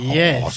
yes